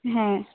হ্যাঁ